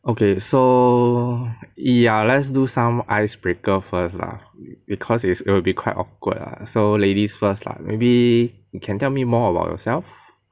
okay so ya let's do some ice breaker first lah because is it will be quite awkward lah so ladies first lah maybe you can tell me more about yourself